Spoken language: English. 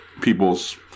people's